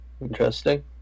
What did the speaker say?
Interesting